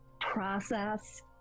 process